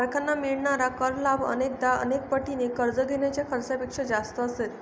धारकांना मिळणारा कर लाभ अनेकदा अनेक पटीने कर्ज घेण्याच्या खर्चापेक्षा जास्त असेल